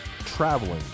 traveling